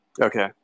Okay